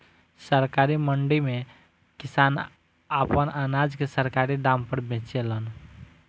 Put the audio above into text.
सरकारी मंडी में किसान आपन अनाज के सरकारी दाम पर बेचेलन